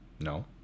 No